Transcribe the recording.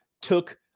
took